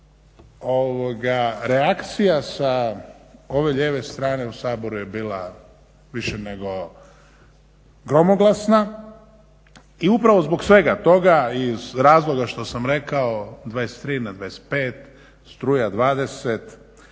reakcija sa ove lijeve strane u Saboru je bila više nego gromoglasna, i upravo zbog svega toga, i iz razloga što sam rekao 23 na 25, struja 20,